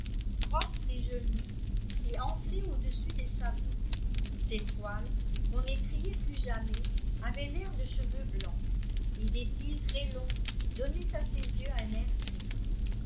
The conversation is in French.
grosses des genoux et enflées au-dessus des sabots ses poils qu'on n'étrillait plus jamais avaient l'air de cheveux blancs et des cils très longs donnaient à ses yeux un air triste